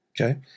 Okay